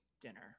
dinner